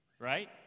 Right